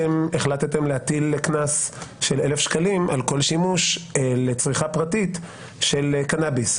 החלטתם להטיל קנס של 1,000 שקלים על כל שימוש לצריכה פרטית של קנאביס.